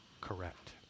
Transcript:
correct